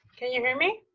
can you hear me?